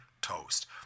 toast